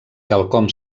quelcom